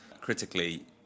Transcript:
critically